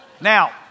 Now